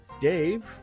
Dave